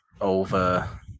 over